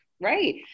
Right